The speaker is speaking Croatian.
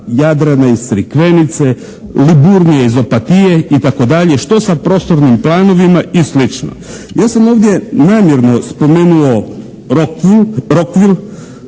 "Jadrana" iz Crikvenice, "Liburnije" iz Opatije itd., što sa prostornim planovima i slično? Ja sam ovdje namjerno spomenuo "Rokvul", oni